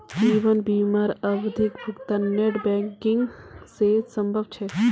जीवन बीमार आवधिक भुग्तान नेट बैंकिंग से संभव छे?